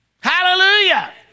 Hallelujah